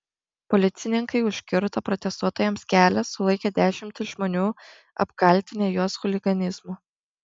policininkai užkirto protestuotojams kelią sulaikė dešimtis žmonių apkaltinę juos chuliganizmu